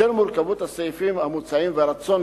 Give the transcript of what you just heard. בשל מורכבות הסעיפים המוצעים והרצון